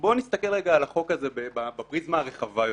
בוא נסתכל רגע על החוק הזה בפריזמה הרחבה יותר.